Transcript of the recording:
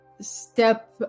step